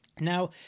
Now